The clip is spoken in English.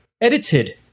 edited